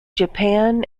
japan